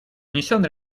внесен